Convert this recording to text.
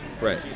right